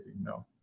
no